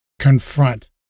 Confront